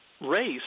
race